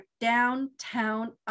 downtown